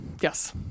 yes